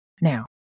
Now